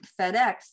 FedEx